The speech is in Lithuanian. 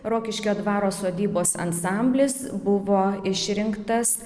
rokiškio dvaro sodybos ansamblis buvo išrinktas